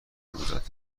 اندازد